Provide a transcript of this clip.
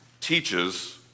teaches